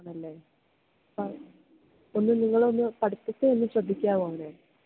അതെയല്ലേ ഒന്ന് നിങ്ങളൊന്ന് പഠിത്തത്തില് ഒന്ന് ശ്രദ്ധിക്കാമോ അവനെ